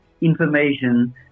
information